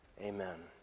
Amen